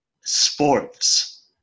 sports